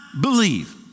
believe